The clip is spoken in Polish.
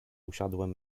usiadłem